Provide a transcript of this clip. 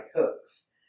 hooks